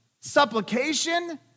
supplication